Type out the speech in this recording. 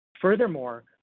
Furthermore